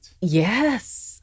yes